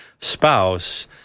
spouse